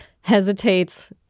hesitates